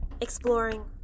Exploring